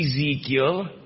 Ezekiel